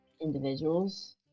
individuals